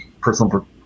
personal